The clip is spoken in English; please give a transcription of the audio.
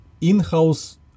in-house